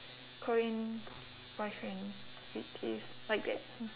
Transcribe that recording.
korean boyfriend which is like that